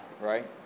right